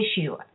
issue